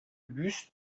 bus